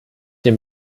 dem